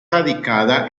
radicada